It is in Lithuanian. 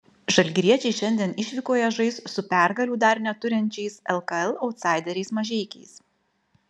žalgiriečiai šiandien išvykoje žais su pergalių dar neturinčiais lkl autsaideriais mažeikiais